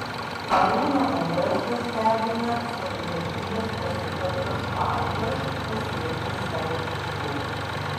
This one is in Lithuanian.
arūną umbrasą stebina savivaldybės pasitelktos pajėgos pasiekti savo tikslų